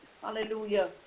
Hallelujah